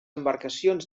embarcacions